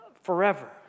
forever